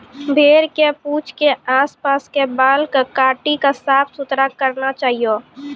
भेड़ के पूंछ के आस पास के बाल कॅ काटी क साफ सुथरा रखना चाहियो